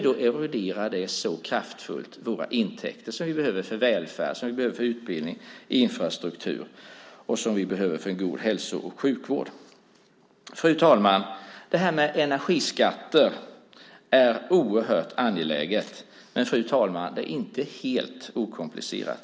Då eroderar det så kraftfullt våra intäkter som vi behöver för välfärd, för utbildning och för infrastruktur. Vi behöver dem också för en god hälso och sjukvård. Fru talman! Energiskatter är något oerhört angeläget. Men, fru talman, det är inte helt okomplicerat.